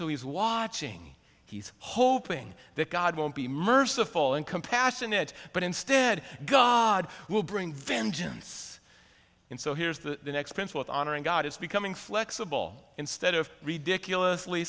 so he's watching he's hoping that god won't be merciful and compassionate but instead god will bring vengeance and so here's the next prince with honor and god is becoming flexible instead of ridiculous